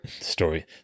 story